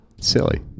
Silly